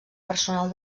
personal